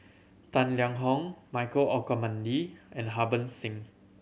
Tang Liang Hong Michael Olcomendy and Harbans Singh